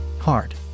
Hard